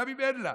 גם אם אין לה.